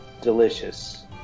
delicious